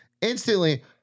instantly